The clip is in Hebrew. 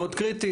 מאוד קריטי,